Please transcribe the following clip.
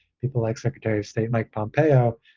people like secretary of state mike pompeo,